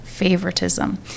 favoritism